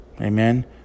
Amen